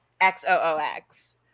X-O-O-X